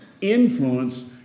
influence